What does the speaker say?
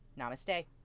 namaste